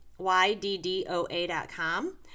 yddoa.com